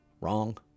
wrong